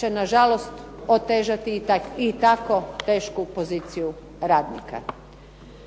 će nažalost otežati i tako tešku poziciju radnika.